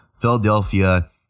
Philadelphia